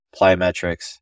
plyometrics